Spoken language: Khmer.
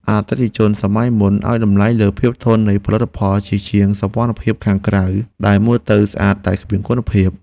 អតិថិជនសម័យមុនឱ្យតម្លៃលើភាពធន់នៃផលិតផលជាជាងសោភ័ណភាពខាងក្រៅដែលមើលទៅស្អាតតែគ្មានគុណភាព។